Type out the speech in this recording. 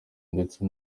ndetse